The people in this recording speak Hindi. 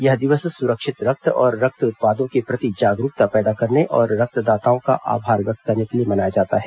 यह दिवस सुरक्षित रक्त और रक्त उत्पादों के प्रति जागरूकता पैदा करने और रक्तदाताओं का आभार व्यक्त करने के लिए मनाया जाता है